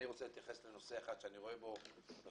אני רוצה להתייחס לנושא אחד שאני רואה בו נושא